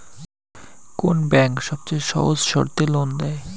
কোন ব্যাংক সবচেয়ে সহজ শর্তে লোন দেয়?